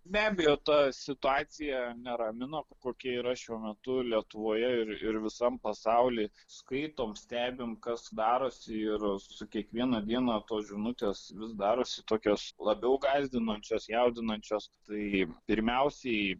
be abejo ta situacija neramino kokia yra šiuo metu lietuvoje ir ir visam pasauly skaitom stebim kas darosi ir su kiekviena diena tos žinutės vis darosi tokios labiau gąsdinančios jaudinančios tai pirmiausiai